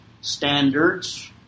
standards